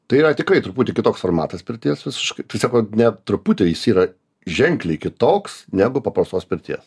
tai yra tikrai truputį kitoks formatas pirties visiškai tiesiog va ne truputį jis yra ženkliai kitoks negu paprastos pirties